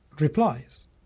replies